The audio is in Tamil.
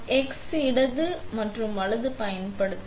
நாம் x இடது மற்றும் வலது பயன்படுத்த